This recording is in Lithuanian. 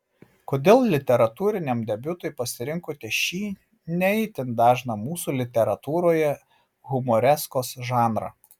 kodėl literatūriniam debiutui pasirinkote šį ne itin dažną mūsų literatūroje humoreskos žanrą